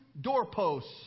doorposts